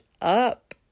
up